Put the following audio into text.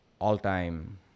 all-time